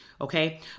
okay